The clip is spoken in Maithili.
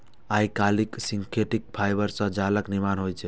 आइकाल्हि सिंथेटिक फाइबर सं जालक निर्माण होइ छै